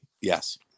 Yes